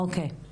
אוקיי.